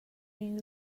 would